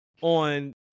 on